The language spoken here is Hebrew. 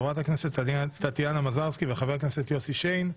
חברת הכנסת טטיאנה מזרסקי וחבר הכנסת יוסי שיין.